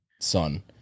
son